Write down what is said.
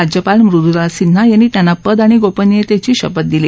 राज्यपाल मृदूला सिन्हा यांनी त्यांना पद आणि गोपनियतेची शपथ दिली